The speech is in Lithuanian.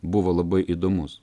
buvo labai įdomus